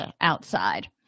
outside